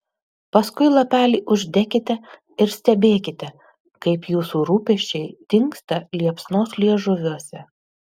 paskui lapelį uždekite ir stebėkite kaip jūsų rūpesčiai dingsta liepsnos liežuviuose